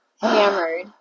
hammered